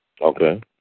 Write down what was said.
Okay